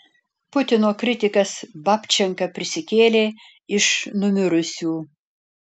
putino kritikas babčenka prisikėlė iš numirusių